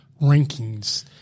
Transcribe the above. rankings